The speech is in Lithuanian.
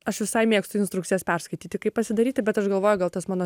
aš visai mėgstu instrukcijas perskaityti kaip pasidaryti bet aš galvoju gal tas mano